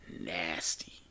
nasty